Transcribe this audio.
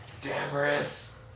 Damaris